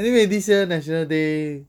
anyway this year national day